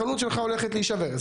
החנות שלך הולכת להישבר.